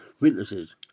witnesses